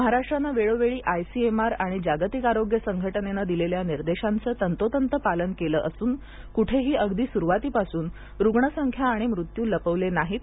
महाराष्ट्रानं वेळोवेळी आयसीएमआर आणि जागतिक आरोग्य संघटनेनं दिलेल्या निर्देशांचं तंतोतंत पालन केलं असून कुठेही अगदी सुरुवातीपासून रुग्णसंख्या आणि मृत्यू लपविले नाहीत